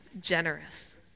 generous